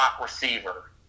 receiver